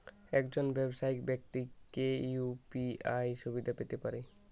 একজন ব্যাবসায়িক ব্যাক্তি কি ইউ.পি.আই সুবিধা পেতে পারে?